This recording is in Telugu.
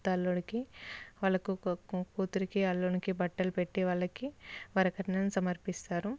కొత్త అల్లుడికి వాళ్ళకు కూతురికి అల్లుడికి బట్టలు పెట్టి వాళ్ళకి వరకట్నం సమర్పిస్తారు